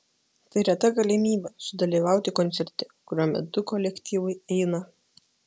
tai reta galimybė sudalyvauti koncerte kurio metu kolektyvai eina